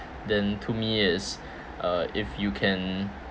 then to me is uh if you can